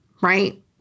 right